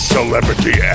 Celebrity